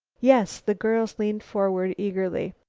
yes. the girls learned forward eagerly.